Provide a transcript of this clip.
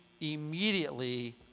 immediately